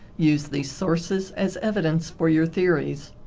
use these sources as evidence for your theories.